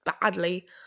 badly